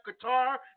guitar